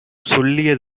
சொல்லிய